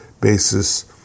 basis